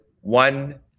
one